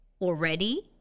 already